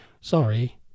sorry